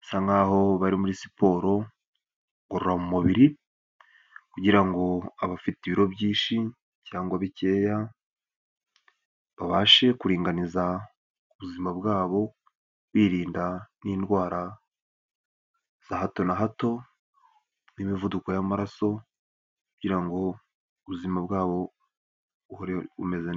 basa nkaho bari muri siporo ngororamubiri, kugira ngo abafite ibiro byinshi cyangwa bikeya babashe kuringaniza buzima bwabo, birinda n'indwara za hato na hato, n'imivuduko y'amaraso, kugira ngo ubuzima bwabo buhore bumeze neza.